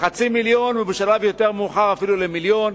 לחצי מיליון, ובשלב יותר מאוחר אפילו למיליון.